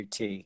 UT